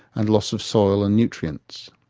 and loss of soil and nutrients.